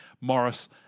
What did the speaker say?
Morris